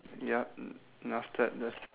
ya mm after that there's